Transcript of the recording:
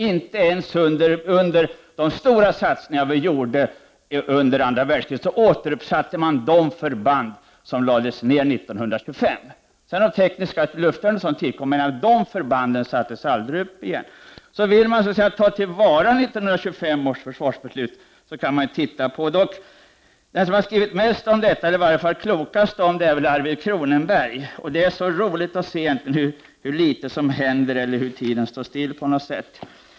Inte ens vid de stora satsningar som vi gjorde under andra världskriget återinförde vi de förband som lades ned 1925. Visserligen tillkom t.ex. luftvärn och sådant, men de nedlagda förbanden sattes aldrig upp igen. Vill man ta till vara 1925 års försvarsbeslut, kan man se på hur det genomfördes. Den som har uttryckt sig klokast om detta är Arvid Cronenberg. Det är intressant att se hur tiden på något sätt förefaller att stå stilla.